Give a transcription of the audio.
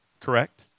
Correct